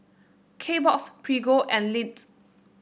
Kbox Prego and Lindt